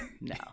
No